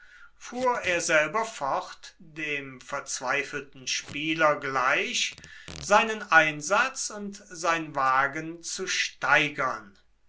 fuhr er selber fort dem verzweifelten spieler gleich seinen einsatz und sein wagen zu steigern